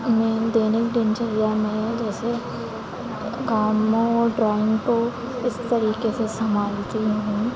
मैं दैनिक दिनचर्या में जैसे कामों और ड्रॉइंग को इस तरीके से संभालती हूँ